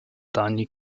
dani